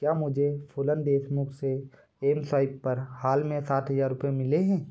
क्या मुझे फूलन देशमुख से एम स्वाइप पर हाल में सात हज़ार रुपये मिले हैं